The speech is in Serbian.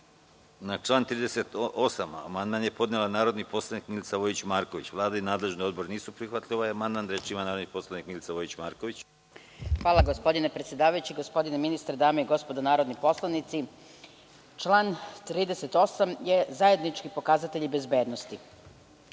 Na član 38. amandman je podnela narodni poslanik Milica Vojić Marković. Vlada i nadležni odbor nisu prihvatili ovaj amandman. Reč ima narodni poslanik Milica Vojić Marković. **Milica Vojić-Marković** Hvala. Gospodine ministre, dame i gospodo narodni poslanici, član 38. je zajednički pokazatelj bezbednosti.